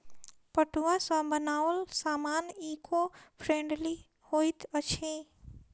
पटुआ सॅ बनाओल सामान ईको फ्रेंडली होइत अछि